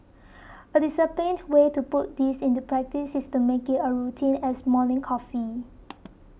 a disciplined way to put this into practice is to make it a routine as morning coffee